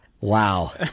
Wow